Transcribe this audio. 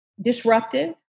disruptive